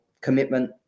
commitment